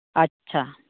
ᱟᱪᱪᱷᱟ